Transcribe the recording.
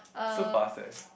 so fast leh